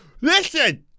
Listen